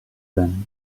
then